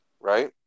Right